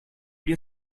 your